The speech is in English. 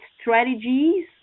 strategies